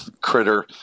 critter